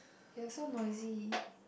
you're so noisy